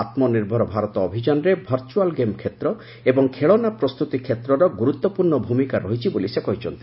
ଆମ୍ନିର୍ଭର ଭାରତ ଅଭିଯାନରେ virtual game କ୍ଷେତ୍ର ଏବଂ ଖେଳନା ପ୍ରସ୍ତୁତି କ୍ଷେତ୍ରର ଗୁରୁତ୍ୱପୂର୍ଣ୍ଣ ଭୂମିକା ରହିଛି ବୋଲି ସେ କହିଛନ୍ତି